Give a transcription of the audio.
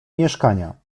mieszkania